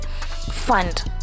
fund